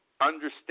understand